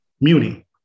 Muni